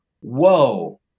whoa